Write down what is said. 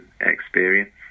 experience